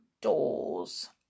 doors